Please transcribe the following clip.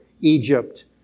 Egypt